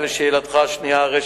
אדוני היושב-ראש,